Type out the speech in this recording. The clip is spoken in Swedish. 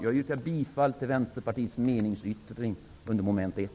Jag yrkar bifall till Vänsterpartiets meningsyttring under mom. 1.